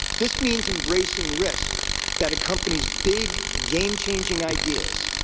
this means embracing risk that accompanies big, game-changing ideas,